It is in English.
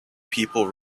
people